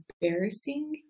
embarrassing